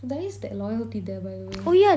there is that loyalty there by the way